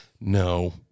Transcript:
No